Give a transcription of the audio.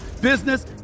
business